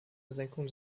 senkung